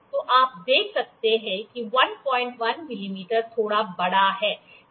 तो आप देख सकते हैं कि 11 मिमी थोड़ा बड़ा है